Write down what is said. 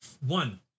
one